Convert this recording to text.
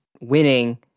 winning